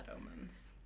omens